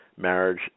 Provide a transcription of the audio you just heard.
marriage